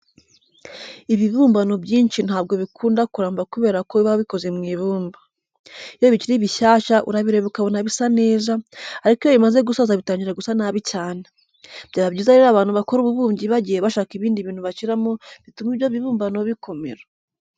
Ibibumbano byinshi ntabwo bikunda kuramba kubera ko biba bikoze mu ibumba. Iyo bikiri bishyashya urabireba ukabona bisa neza, ariko iyo bimaze gusaza bitangira gusa nabi cyane. Byaba byiza rero abantu bakora ububumbyi bagiye bashaka ibindi bintu bashyiramo bituma ibyo bibumbano bikomera.